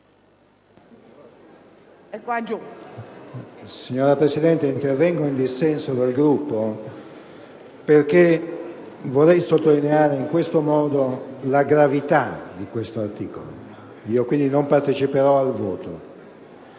Signora Presidente, intervengo in dissenso dal Gruppo perché vorrei sottolineare la gravità di questo articolo, e annuncio che non parteciperò al voto.